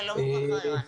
שלום וברכה, ערן.